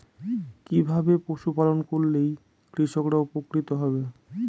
কিভাবে পশু পালন করলেই কৃষকরা উপকৃত হবে?